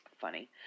Funny